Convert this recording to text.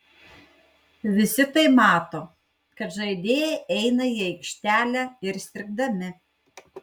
visi tai mato kad žaidėjai eina į aikštelę ir sirgdami